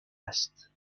است